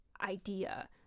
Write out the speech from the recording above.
idea